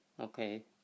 Okay